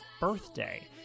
birthday